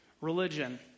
Religion